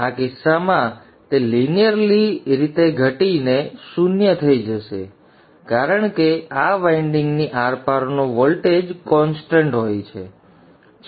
આ કિસ્સામાં તે લિનિયર રીતે ઘટીને શૂન્ય થઈ જશે કારણ કે આ વાઇન્ડિંગની આરપારનો વોલ્ટેજ કોન્સ્ટન્ટ હોય છે